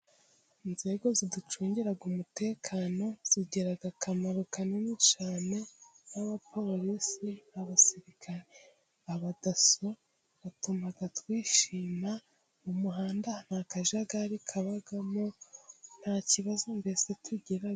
Inzego ziducungira umutekano zigira akamaro kanini cyane nk'abapolisi ,abasirikare n'abadaso batuma twishima mu muhanda. Nta kajagari kabamo nta kibazo mbese tugirana